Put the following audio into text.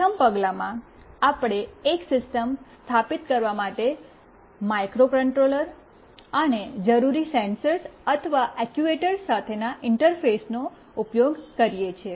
પ્રથમ પગલામાં આપણે એક સિસ્ટમ સ્થાપિત કરવા માટે માઇક્રોકન્ટ્રોલર અને જરૂરી સેન્સરસ અથવા ઐક્ચૂઐટરસ સાથેના ઇંટરફેસનો ઉપયોગ કરીએ છીએ